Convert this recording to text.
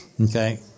Okay